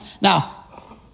Now